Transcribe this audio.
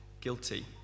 guilty